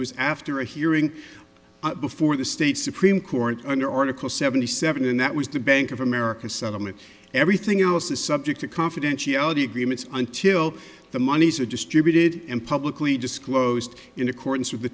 was after a hearing before the state supreme court under article seventy seven and that was the bank of america settlement everything else is subject to confidentiality agreements until the monies are distributed and publicly disclosed in accordance with the